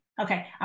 okay